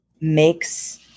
makes